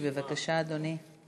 4787,